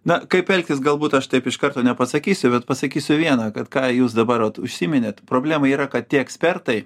na kaip elgtis galbūt aš taip iš karto nepasakysiu bet pasakysiu vieną kad ką jūs dabar užsiminėt problema yra kad tie ekspertai